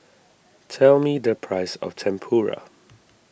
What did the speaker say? tell me the price of Tempura